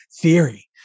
Theory